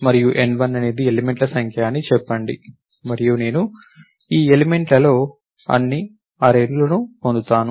మరియు n1 అనేది ఎలిమెంట్ల సంఖ్య అని చెప్పండి మరియు నేను ఈ ఎలిమెంట్లన్నీ అర్రే లో పొందాను